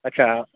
અચ્છા